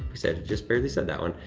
said just barely said that one.